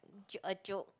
j~ a joke